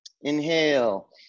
Inhale